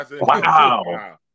Wow